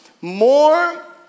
more